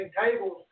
tables